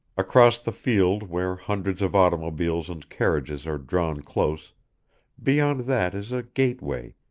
across the field where hundreds of automobiles and carriages are drawn close beyond that is a gate-way,